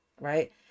right